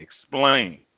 Explain